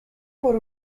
por